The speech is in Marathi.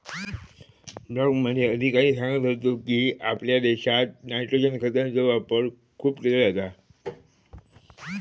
ब्लॉकमध्ये अधिकारी सांगत होतो की, आपल्या देशात नायट्रोजन खतांचो वापर खूप केलो जाता